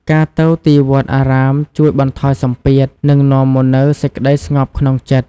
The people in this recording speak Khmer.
ការទៅទីវត្តអារាមជួយបន្ថយសម្ពាធ និងនាំមកនូវសេចក្ដីស្ងប់ក្នុងចិត្ត។